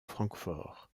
francfort